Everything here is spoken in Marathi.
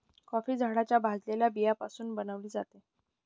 कॉफी झाडाच्या भाजलेल्या बियाण्यापासून बनविली जाते